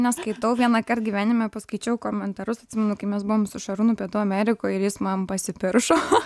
neskaitau vienąkart gyvenime paskaičiau komentarus atsimenu kai mes buvom su šarūnu pietų amerikoj ir jis man pasipiršo